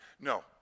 no